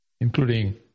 including